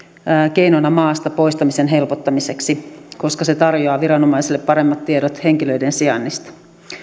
keinona maasta poistamisen helpottamiseksi koska se tarjoaa viranomaisille paremmat tiedot henkilöiden sijainnista